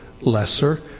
lesser